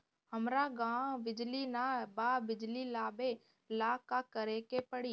हमरा गॉव बिजली न बा बिजली लाबे ला का करे के पड़ी?